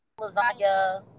lasagna